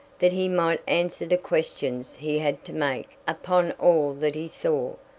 that he might answer the questions he had to make upon all that he saw,